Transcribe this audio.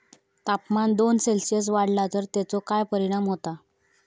तापमान दोन सेल्सिअस वाढला तर तेचो काय परिणाम होता?